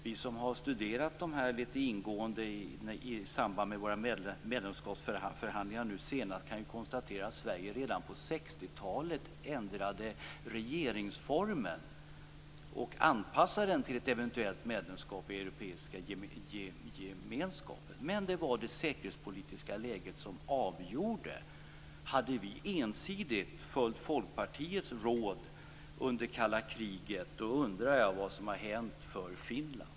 Vi som i samband med våra medlemskapsförhandlingar har studerat dessa frågor lite ingående kan konstatera att Sverige redan på 60-talet anpassade regeringsformen till ett eventuellt medlemskap i Europeiska gemenskapen men att det var det säkerhetspolitiska läget som var avgörande. Hade vi ensidigt följt Folkpartiets råd under det kalla kriget undrar jag vad som hade hänt med Finland.